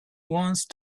once